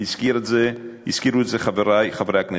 והזכירו את זה חברי חברי הכנסת,